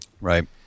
Right